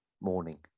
morning